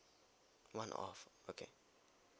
one off okay